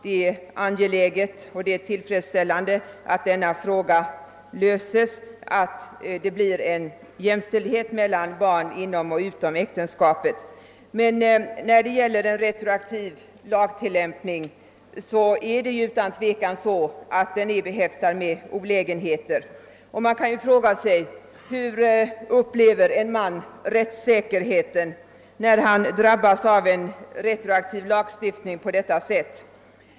Det är angeläget och tillfredsställande att denna fråga blir löst och att det blir en jämställdhet mellan barn inom och utom äktenskapet. En retroaktiv tillämpning av lagen är emellertid utan tvivel behäftad med olägenheter. Man kan fråga sig hur en man upplever rättssäkerheten när han drabbas av en retroaktiv lagstiftning på detta sätt.